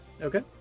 Okay